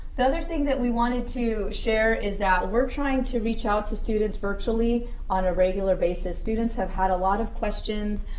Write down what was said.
the other thing that we wanted to share is that we're trying to reach out to students virtually on a regular basis. students have had a lot of questions,